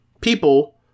people